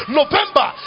november